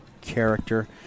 character